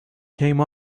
came